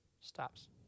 stops